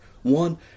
one